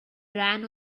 ran